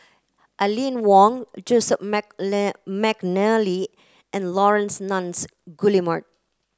Aline Wong Joseph Mcnally and Laurence Nunns Guillemard